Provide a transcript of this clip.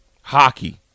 Hockey